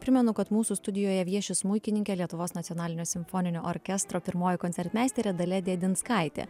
primenu kad mūsų studijoje vieši smuikininkė lietuvos nacionalinio simfoninio orkestro pirmoji koncertmeisterė dalia dėdinskaitė